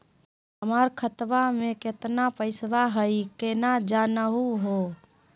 हमर खतवा मे केतना पैसवा हई, केना जानहु हो?